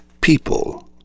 people